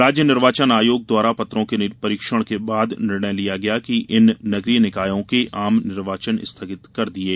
राज्य निर्वाचन आयोग द्वारा पत्रों के परीक्षण के बाद निर्णय लिया गया कि इन नेगरीय निकायों के आम निर्वाचन स्थगित कर दिये